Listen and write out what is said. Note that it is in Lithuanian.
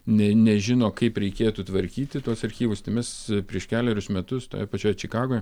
nė nežino kaip reikėtų tvarkyti tuos archyvus tai mes prieš kelerius metus toje pačioje čikagoj